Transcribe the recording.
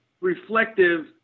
reflective